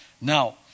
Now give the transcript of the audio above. Now